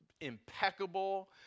impeccable